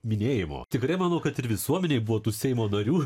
minėjimo tikrai manau kad ir visuomenėj buvo tų seimo narių